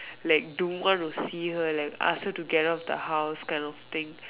like don't want to see her ask her to get out of the house kind of thing